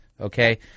Okay